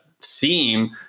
seem